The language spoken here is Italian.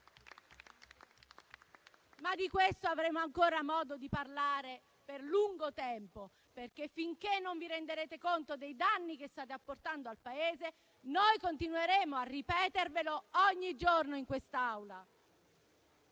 Di questo, però, avremo ancora modo di parlare per lungo tempo perché, finché non vi renderete conto dei danni che state apportando al Paese, noi continueremo a ripetervelo ogni giorno in quest'Aula.